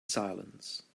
silence